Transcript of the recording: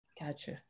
Gotcha